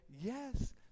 yes